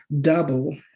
double